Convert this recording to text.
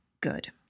good